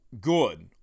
good